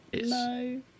no